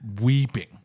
weeping